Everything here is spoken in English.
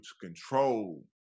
control